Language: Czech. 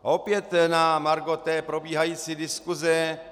A opět na margo té probíhající diskuse.